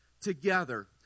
together